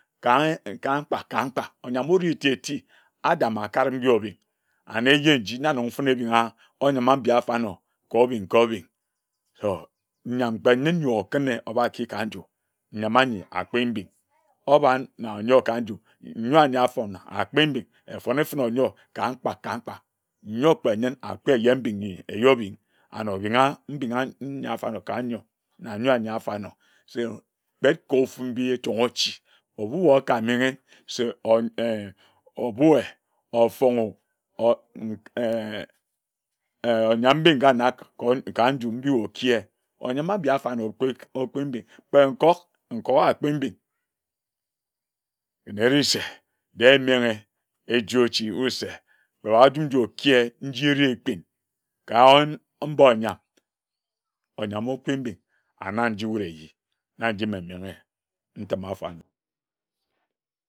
Ka ka mkpak ka mkpak oyam etieti Adam akare mba obing and eje nji nanong fene ebingha onyama abi afarnor kor obing kor obing or nyam kpe nyin nyi okine onar ki ka nju nyam akpe mbing obar na nyor ka nju nyor anyi akpana afon mbing ofone fene onyor ka mkpa ka mkpa nyor kpe nyin akpi eye mbing nyi eyor bing and obinga mbinga anyi afarnor ka nyor na nyor nyi afarnor se kpe kor ochi mbi chong ochi ebu wae okamenghe se on em obue, ofongo or mmh enh oyam abi ngana kor ka nju mbi okier oyama abi afarnor kpek ekpim be kpe nkok nkpok akpi mbing ne erese de emenghe eji ochi wud se kpe baghe njum nji okiyim nji ere ekpin ka mba omagam, onyame okpe mbing ana nji wud eji, na nji mme menghe ntima afarnor